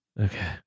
Okay